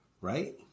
right